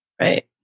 Right